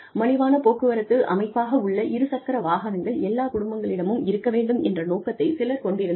மலிவான போக்குவரத்து அமைப்பாகவுள்ள இரு சக்கர வாகனங்கள் எல்லா குடும்பங்களிடமும் இருக்க வேண்டும் என்ற நோக்கத்தைச் சிலர் கொண்டிருந்தனர்